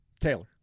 Taylor